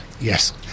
Yes